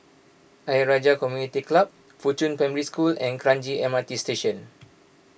Ayer Rajah Community Club Fuchun Primary School and Kranji M R T Station